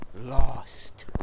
Lost